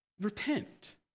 Repent